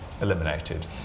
eliminated